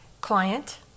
client